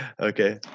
Okay